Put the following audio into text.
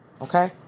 Okay